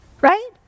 Right